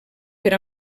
per